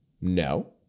No